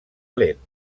lent